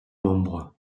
membres